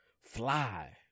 Fly